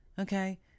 okay